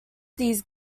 these